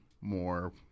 more